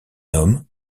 homme